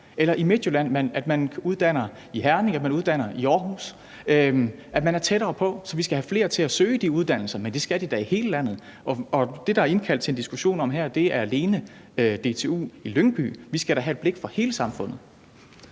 eller i Midtjylland, at man uddanner i Herning, at man uddanner i Aarhus, at man er tættere på. Så vi skal have flere til at søge de uddannelser, men det skal de da i hele landet, og det, der er indkaldt til en diskussion om her, er alene DTU i Lyngby. Men vi skal da have et blik for hele samfundet.